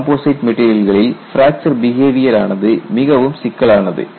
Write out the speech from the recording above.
composite மெட்டீரியல்களில் fracture behaviour ஆனது மிகவும் சிக்கலானது